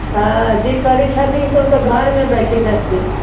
ओ जे करैत छथिन तऽ ओ तऽ घरमे बैठैत छथिन